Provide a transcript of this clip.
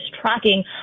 tracking